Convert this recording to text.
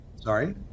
Sorry